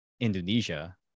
Indonesia